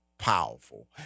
powerful